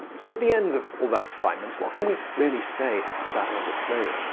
so, at the end of all that excitement, what can we really say about edward snowden?